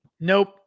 nope